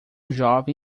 jovem